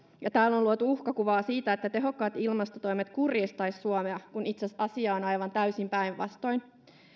ja täällä on luotu uhkakuvaa siitä että tehokkaat ilmastotoimet kurjistaisivat suomea kun itse asiassa asia on aivan täysin päinvastoin